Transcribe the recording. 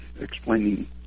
explaining